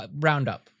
Roundup